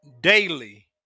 daily